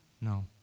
No